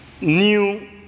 new